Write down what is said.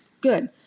good